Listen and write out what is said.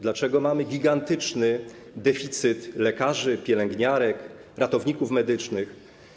Dlaczego mamy gigantyczny deficyt lekarzy, pielęgniarek, ratowników medycznych?